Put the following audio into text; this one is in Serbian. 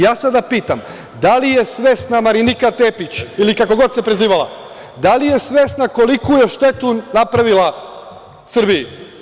Ja sada pitam – da li je svesna Marinika Tepić, ili kako god se prezivala, da li je svesna koliku je štetu napravila Srbiji?